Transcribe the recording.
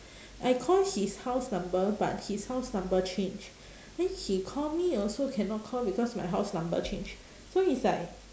I call his house number but his house number change then he call me also cannot call because my house number change so is like